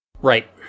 Right